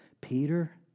Peter